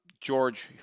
George